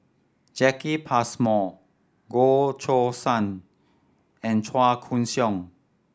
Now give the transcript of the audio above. Jacki Passmore Goh Choo San and Chua Koon Siong